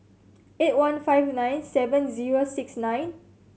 eight one five nine seven zero six nine